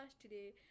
Today